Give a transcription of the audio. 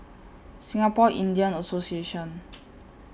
Singapore Indian Association